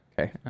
okay